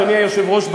אדוני היושב-ראש,